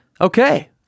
Okay